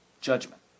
judgment